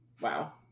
Wow